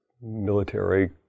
military